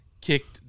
kicked